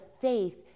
faith